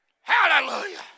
Hallelujah